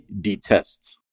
detest